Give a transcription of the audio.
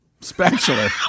Spatula